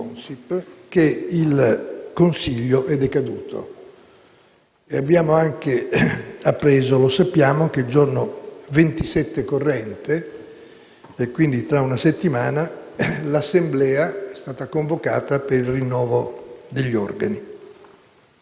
che il consiglio è decaduto. Abbiamo anche appreso - e lo sappiamo - che il giorno 27 del mese corrente, quindi tra una settimana, l'Assemblea è stata convocata per il rinnovo degli organi.